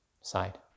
side